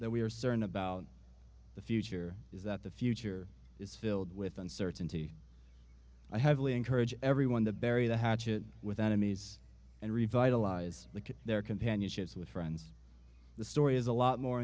that we are certain about the future is that the future is filled with uncertainty i have only encourage everyone to bury the hatchet with enemies and revitalize look at their companion ships with friends the story is a lot more